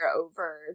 over